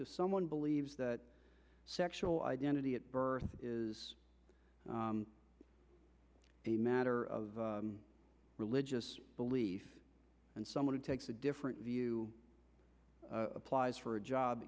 if someone believes that sexual identity at birth is a matter of religious belief and someone who takes a different view applies for a job